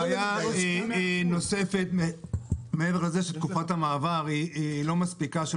בעיה נוספת מעבר לכך שתקופת המעבר של חודשיים לא מספיקה.